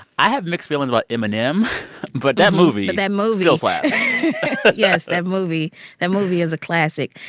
i have mixed feelings about eminem, but that movie. that movie. still slaps yes. that movie that movie is a classic.